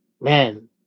man